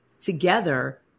together